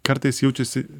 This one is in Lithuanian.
kartais jaučiasi